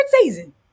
season